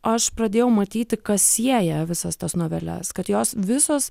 aš pradėjau matyti kas sieja visas tas noveles kad jos visos